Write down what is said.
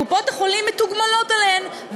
קופות-החולים מתוגמלות עליהם,